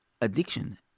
addiction